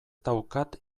daukat